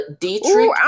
Dietrich